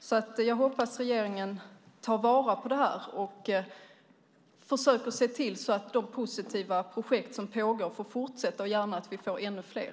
Jag hoppas alltså att regeringen tar vara på detta och försöker se till att de positiva projekt som pågår får fortsätta, och gärna att vi får ännu fler.